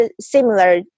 similar